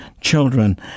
children